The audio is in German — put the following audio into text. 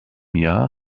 jahr